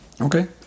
Okay